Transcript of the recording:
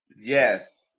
Yes